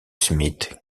smith